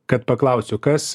kad paklausiu kas